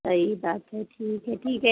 सही बात है ठीक है ठीक है